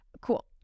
Cool